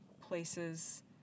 places